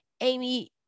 Amy